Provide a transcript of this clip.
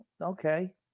Okay